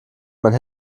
man